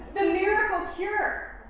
the miracle cure.